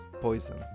Poison